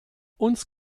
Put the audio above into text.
uns